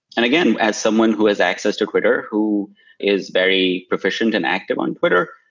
and again, as someone who has access to twitter who is very proficient and active on twitter,